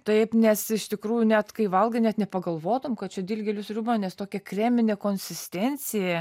taip nes iš tikrųjų net kai valgai net nepagalvotum kad čia dilgėlių sriuba nes tokia kreminė konsistencija